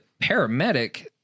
paramedic